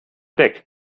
deck